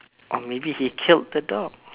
or maybe he killed the dog